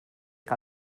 que